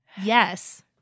Yes